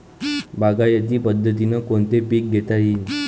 बागायती पद्धतीनं कोनचे पीक घेता येईन?